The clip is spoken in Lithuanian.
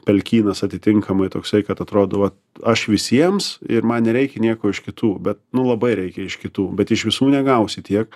pelkynas atitinkamai toksai kad atrodydavo aš visiems ir man nereikia nieko iš kitų bet nu labai reikia iš kitų bet iš visų negausi tiek